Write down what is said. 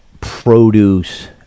produce